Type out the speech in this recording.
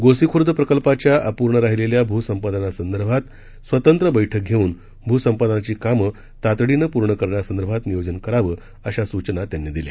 गोसीखूर्द प्रकल्पाच्या अपूर्ण राहिलेल्या भूसंपादनासंदर्भात स्वतंत्र बैठक घेऊन भूसंपादनाची कामं तातडीनं पूर्ण करण्यासंदर्भात नियोजन करावं अशा सूचना त्यांनी दिल्या